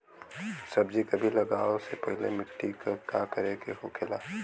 सब्जी कभी लगाओ से पहले मिट्टी के का करे के होखे ला?